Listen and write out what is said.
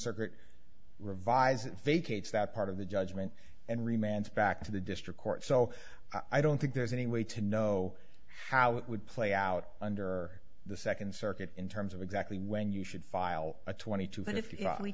circuit revise it vacates that part of the judgment and remands back to the district court so i don't think there's any way to know how it would play out under the second circuit in terms of exactly when you should file a twenty two but if